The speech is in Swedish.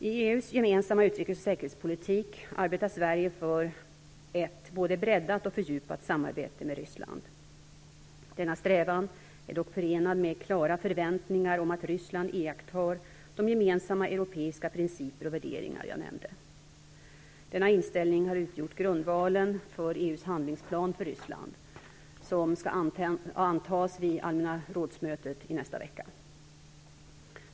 I EU:s gemensamma utrikes och säkerhetspolitik arbetar Sverige för ett både breddat och fördjupat samarbete med Ryssland. Denna strävan är dock förenad med klara förväntningar om att Ryssland iakttar de gemensamma europeiska principer och värderingar jag nämnde. Denna inställning har utgjort grundvalen för EU:s handlingsplan för Ryssland, som skall antas vid Allmänna rådsmötet i nästa vecka.